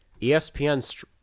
ESPN